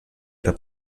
era